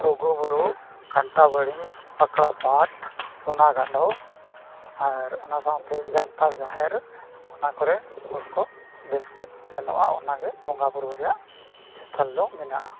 ᱞᱩᱜᱩ ᱵᱩᱨᱩ ᱠᱟᱱᱴᱟᱵᱟᱹᱲᱤ ᱯᱟᱠᱲᱟ ᱯᱟᱴ ᱥᱚᱱᱟ ᱜᱟᱰᱚ ᱟᱨ ᱚᱱᱟ ᱥᱟᱶᱛᱮ ᱡᱟᱱᱛᱟᱲ ᱡᱟᱦᱮᱨ ᱚᱱᱟ ᱠᱚᱨᱮ ᱦᱚᱲ ᱠᱚ ᱵᱮᱥ ᱠᱚ ᱥᱮᱱᱚᱜᱼᱟ ᱚᱱᱟ ᱜᱮ ᱵᱚᱸᱜᱟ ᱵᱳᱨᱳ ᱨᱮᱭᱟᱜ ᱤᱥᱛᱷᱚᱞ ᱫᱚ ᱢᱮᱱᱟᱜᱼᱟ